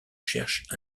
cherche